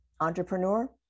entrepreneur